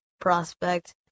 prospect